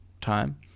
time